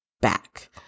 back